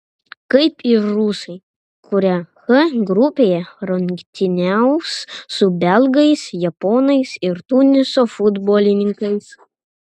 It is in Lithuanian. kaip ir rusai kurie h grupėje rungtyniaus su belgais japonais ir tuniso futbolininkais